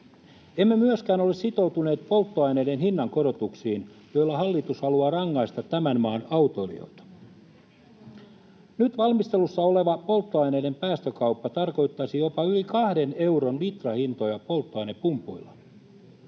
Emme myöskään ole sitoutuneet polttoaineiden hinnankorotuksiin, joilla hallitus haluaa rangaista tämän maan autoilijoita. Nyt valmistelussa oleva polttoaineiden päästökauppa tarkoittaisi jopa yli 2 euron litrahintoja polttoainepumpuilla.